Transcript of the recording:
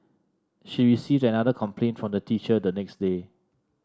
she received another complaint from the teacher the next day